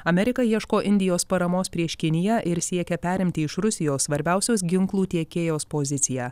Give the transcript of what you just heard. amerika ieško indijos paramos prieš kiniją ir siekia perimti iš rusijos svarbiausios ginklų tiekėjos poziciją